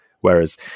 Whereas